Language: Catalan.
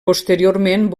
posteriorment